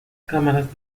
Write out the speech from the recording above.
cámaras